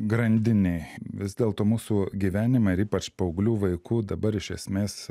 grandinėj vis dėlto mūsų gyvenime ypač paauglių vaikų dabar iš esmės